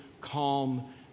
calm